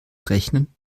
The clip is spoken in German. rechnen